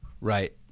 Right